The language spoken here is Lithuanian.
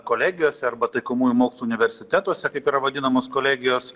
kolegijose arba taikomųjų mokslų universitetuose kaip yra vadinamos kolegijos